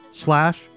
slash